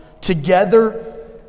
Together